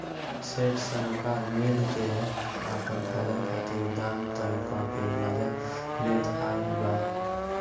सेठ साहूकार मिल के आपन फायदा खातिर दाम तय क के मजा लेत आइल बा